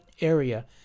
area